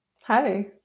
hi